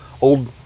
old